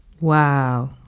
Wow